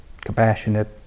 compassionate